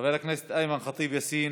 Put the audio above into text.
חבר הכנסת איימן ח'טיב יאסין,